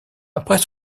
après